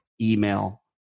email